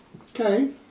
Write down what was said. Okay